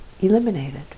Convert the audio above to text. eliminated